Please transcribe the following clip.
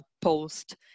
post